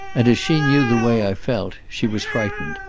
and as she knew the way i felt she was frightened.